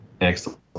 excellent